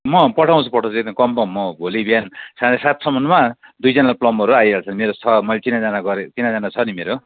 म पठाउँछु पठाउँछु एकदम कन्फर्म म भोलि बिहान साढे सातसम्ममा दुईजना प्लमबरहरू आइहाल्छ मेरो छ मैले चिनाजान गरेको चिनाजान छ नि मेरो